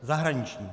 Zahraničnímu.